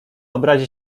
obrazi